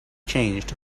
changed